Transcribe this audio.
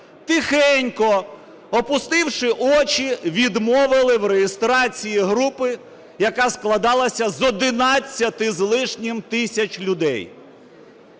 тихенько, опустивши очі, відмовили в реєстрації групи, яка складалася з 11 з лишнім тисяч людей.